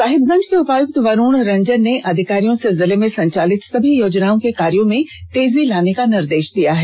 साहिबगंज के उपायुक्त वरुण रंजन ने अधिकारियों से जिले में संचालित सभी योजनाओं के कार्यो में तेजी लाने का निर्देष दिया है